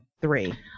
three